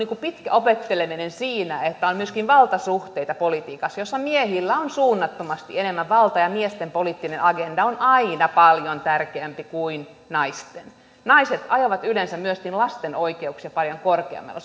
pitkä opetteleminen siinä että on myöskin valtasuhteita politiikassa jossa miehillä on suunnattomasti enemmän valtaa ja miesten poliittinen agenda on aina paljon tärkeämpi kuin naisten naiset ajavat yleensä myöskin lasten oikeuksia paljon korkeammalle